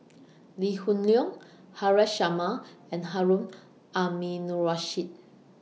Lee Hoon Leong Haresh Sharma and Harun Aminurrashid